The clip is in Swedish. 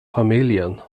familjen